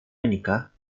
menikah